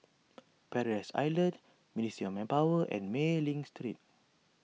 Paradise Island Ministry of Manpower and Mei Ling Street